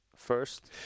first